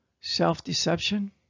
self-deception